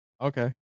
Okay